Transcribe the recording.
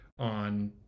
on